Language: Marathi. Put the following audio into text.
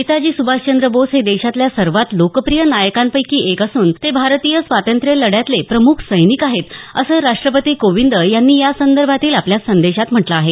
नेताजी सुभाषचंद्र बोस हे देशातल्या सर्वात लाकप्रिय नायकांपैकी एक असुन ते भारतीय स्वातंत्र्य लढ्यातले प्रमुख सैनिक आहेत असं राष्ट्रपती कोविंद यांनी या संदर्भातील आपल्या संदेशात म्हंटलं आहे